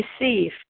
Receive